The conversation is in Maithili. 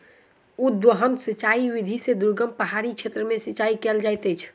उद्वहन सिचाई विधि से दुर्गम पहाड़ी क्षेत्र में सिचाई कयल जाइत अछि